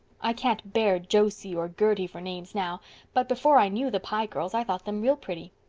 i can't bear josie or gertie for names now but before i knew the pye girls i thought them real pretty.